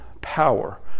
power